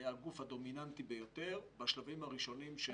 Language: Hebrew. היה הגוף הדומיננטי ביותר בשלבים הראשונים של המגפה.